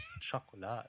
chocolate